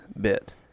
bit